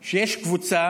שיש קבוצה